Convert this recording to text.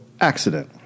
accident